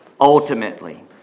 Ultimately